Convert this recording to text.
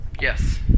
Yes